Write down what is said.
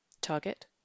Target